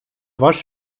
ваш